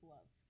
Love